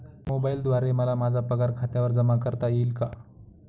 मोबाईलद्वारे मला माझा पगार खात्यावर जमा करता येईल का?